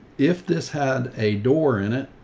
if this had a door in it